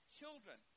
children